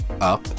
up